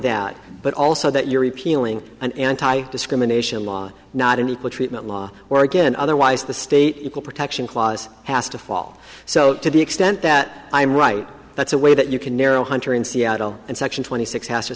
that but also that you're repealing an anti discrimination law not an equal treatment law or again otherwise the state equal protection clause has to fall so to the extent that i'm right that's a way that you can narrow hunter in seattle and section twenty six has to